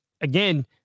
again